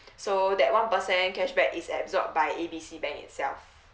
so that one percent cashback is absorb by A B C bank itself